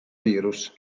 virus